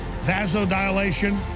Vasodilation